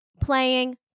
playing